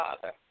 father